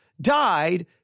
died